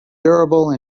durable